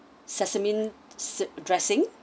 sesame s~ dressing